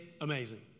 amazing